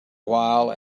while